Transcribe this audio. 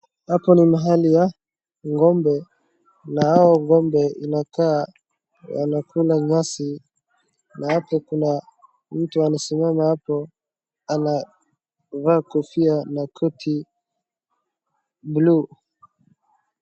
Hapo ni mahali ya ngombe na hao ngombe inakaa wanakula nyasi na hapo kuna mtu amesimama hapo anavaa kofia na koti buluu.